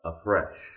afresh